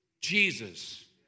Jesus